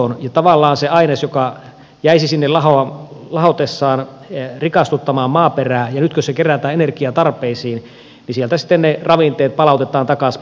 tavallaan siitä aineksesta joka jäisi sinne lahotessaan rikastuttamaan maaperää nyt kun se kerätään energiatarpeisiin sitten ne ravinteet palautetaan takaisin metsään